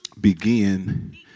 begin